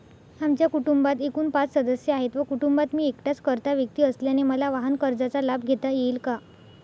आमच्या कुटुंबात एकूण पाच सदस्य आहेत व कुटुंबात मी एकटाच कर्ता व्यक्ती असल्याने मला वाहनकर्जाचा लाभ घेता येईल का?